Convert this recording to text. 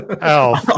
Elf